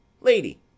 lady